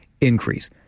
increase